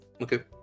Okay